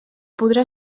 podrà